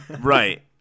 Right